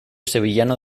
sevillano